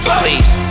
please